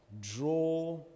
draw